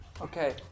Okay